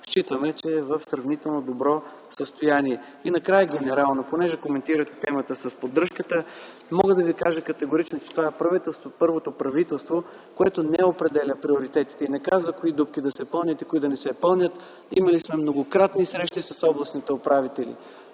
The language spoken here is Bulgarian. Считаме, че е в сравнително добро състояние. И накрая генерално, понеже коментирате темата с поддръжката. Мога да ви кажа категорично, че ние сме първото правителство, което не определя приоритетите и не казва кои дупки да се пълнят и кои да не си пълнят. Имали сме многократни срещи с областните управители.